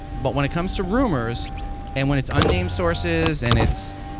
but when it comes to rumors and when it's unnamed sources and its